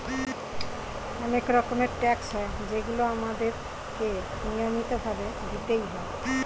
অনেক রকমের ট্যাক্স হয় যেগুলো আমাদের কে নিয়মিত ভাবে দিতেই হয়